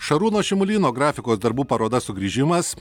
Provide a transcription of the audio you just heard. šarūno šimulyno grafikos darbų paroda sugrįžimas